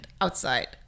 outside